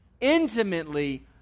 intimately